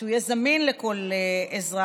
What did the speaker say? שהוא יהיה זמין לכל אזרח,